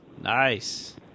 Nice